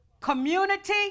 community